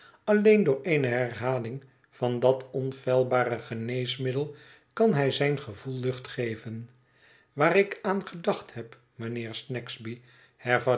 alleen door eene herhaling van dat onfeilbare geneesmiddel kan hij zijn gevoel lucht geven waar ik aan gedacht heb